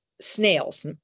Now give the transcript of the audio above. snails